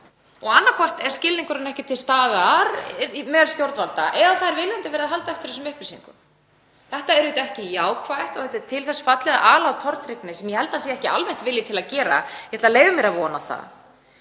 Annaðhvort er skilningurinn ekki til staðar meðal stjórnvalda eða það er viljandi verið að halda eftir þessum upplýsingum. Þetta er ekki jákvætt og þetta er til þess fallið að ala á tortryggni sem ég held að almennt sé ekki vilji til að gera. Ég ætla að leyfa mér að vona það.